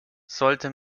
sollte